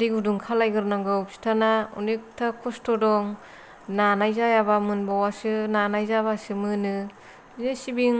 दै गुदुं खालायग्रोनांगौ फिथाना अनेखथा खस्थ' दं नानाय जायाबा मोनबावासो नानाय जाबासो मोनो बिदिनो सिबिं